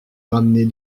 ramener